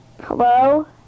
Hello